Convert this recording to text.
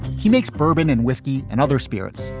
he makes bourbon and whisky and other spirits.